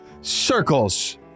circles